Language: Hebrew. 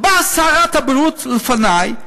באה שרת הבריאות לפני,